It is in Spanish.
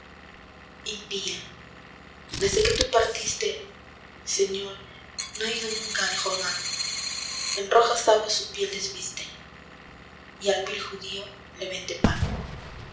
cruz impía desde que tú partiste señor no ha ido nunca al jordán en rojas aguas su piel desviste y al vil judío le vende pan